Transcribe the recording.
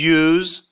use